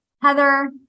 Heather